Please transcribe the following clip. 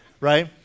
right